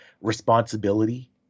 responsibility